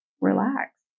relax